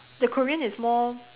the Korean is more